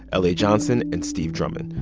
ah la johnson and steve drummond.